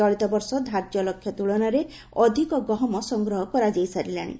ଚଳିତବର୍ଷ ଧାର୍ଯ୍ୟ ଲକ୍ଷ୍ୟ ତ୍କଳନାରେ ଅଧିକ ଗହମ ସଂଗ୍ହ କରାଯାଇସାରିଲାଣି